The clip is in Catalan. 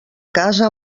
casa